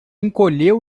encolheu